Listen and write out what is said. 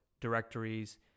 directories